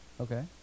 Okay